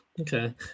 Okay